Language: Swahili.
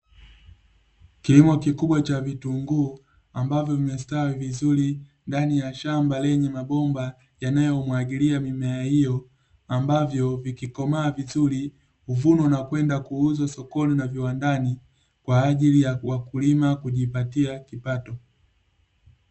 Kilimo kikubwa cha vitunguu ambavyo vimestawi vizuri ndani ya shamba lenye mabomba yanayomwagilia mimea hiyo, ambavyo vikikomaa vizuri huvunwa na kwenda kuuzwa sokoni na viwandani; kwa ajili ya wakulima kujipatia kipato.